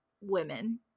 women